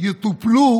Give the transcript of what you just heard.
אני אבדוק,